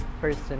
person